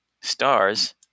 Stars